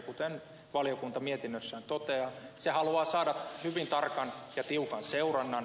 kuten valiokunta mietinnössään toteaa se haluaa saada hyvin tarkan ja tiukan seurannan